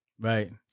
Right